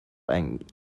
and